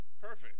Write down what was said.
perfect